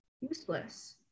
useless